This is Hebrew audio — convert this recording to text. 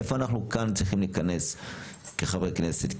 איפה אנחנו כאן צריכים להיכנס כחברי כנסת?